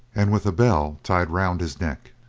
and with a bell tied round his neck.